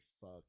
fuck